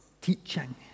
teaching